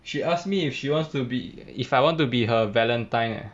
she asked me if she wants to be if I want to be her valentine leh